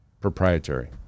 Proprietary